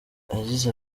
yagize